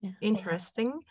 interesting